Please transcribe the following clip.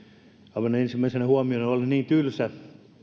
haluan ensimmäisenä huomiona olla niin tylsä